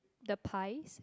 the pies